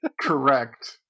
correct